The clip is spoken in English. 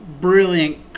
brilliant